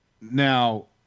Now